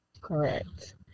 Correct